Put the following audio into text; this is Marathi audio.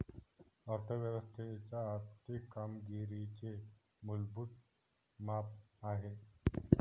अर्थ व्यवस्थेच्या आर्थिक कामगिरीचे मूलभूत माप आहे